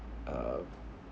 uh